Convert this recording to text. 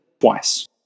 twice